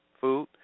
food